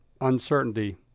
uncertainty